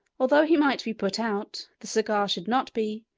although he might be put out, the cigar should not be,